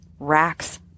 Racks